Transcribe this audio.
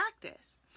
practice